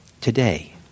today